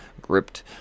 gripped